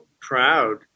proud